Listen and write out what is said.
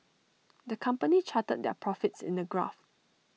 the company charted their profits in the graph